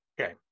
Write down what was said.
okay